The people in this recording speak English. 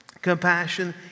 compassion